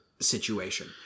situation